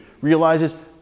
realizes